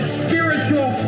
spiritual